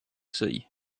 sea